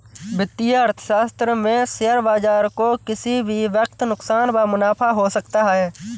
वित्तीय अर्थशास्त्र में शेयर बाजार को किसी भी वक्त नुकसान व मुनाफ़ा हो सकता है